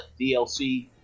DLC